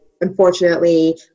unfortunately